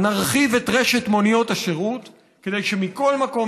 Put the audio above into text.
נרחיב את רשת מוניות השירות כדי שמכל מקום